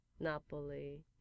Napoli